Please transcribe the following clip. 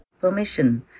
permission